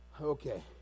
Okay